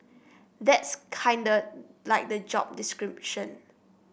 that's kinda like the job description